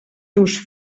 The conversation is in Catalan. teus